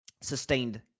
sustained